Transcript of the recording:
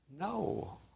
No